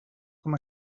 com